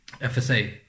FSA